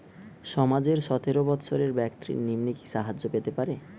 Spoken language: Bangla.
সমাজের সতেরো বৎসরের ব্যাক্তির নিম্নে কি সাহায্য পেতে পারে?